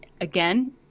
Again